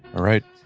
alright.